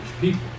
people